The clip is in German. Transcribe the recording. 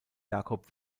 jakob